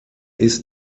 ist